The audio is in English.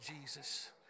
Jesus